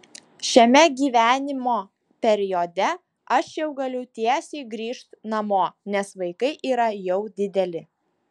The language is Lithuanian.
šiame gyvenimo periode aš jau galiu tiesiai grįžt namo nes vaikai yra jau dideli